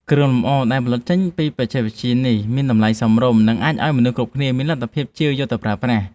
គ្រឿងលម្អដែលផលិតចេញពីបច្ចេកវិទ្យានេះមានតម្លៃសមរម្យ និង អាចឱ្យមនុស្សគ្រប់គ្នាមានលទ្ធភាពជាវយកទៅប្រើប្រាស់។